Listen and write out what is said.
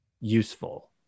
useful